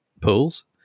pools